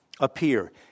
appear